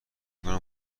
کنم